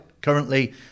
Currently